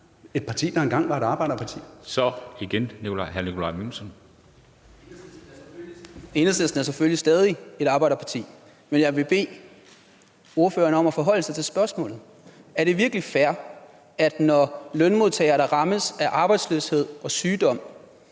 Så er det igen hr. Nikolaj Villumsen. Kl. 13:40 Nikolaj Villumsen (EL): Enhedslisten er selvfølgelig stadig et arbejderparti. Men jeg vil bede ordføreren om at forholde sig til spørgsmålet. Er det virkelig fair, at lønmodtagere, der rammes af arbejdsløshed og sygdom,